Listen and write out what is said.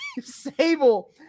Sable